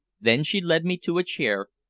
then she led me to a chair,